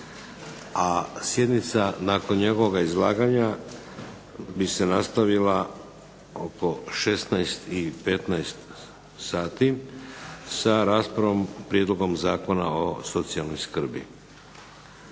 a sjednica nakon njegovog izlaganja bi se nastavila oko 16,15 sati sa raspravom Prijedlogom Zakona o socijalnoj skrbi.